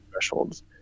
thresholds